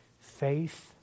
faith